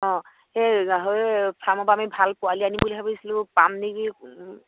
অঁ সেই গাহৰি ফাৰ্মৰপৰা আমি ভাল পোৱালি আনিম বুলি ভাবিছিলোঁ পাম নেকি